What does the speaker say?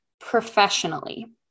professionally